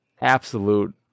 absolute